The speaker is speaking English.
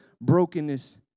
brokenness